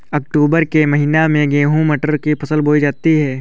अक्टूबर के महीना में गेहूँ मटर की फसल बोई जाती है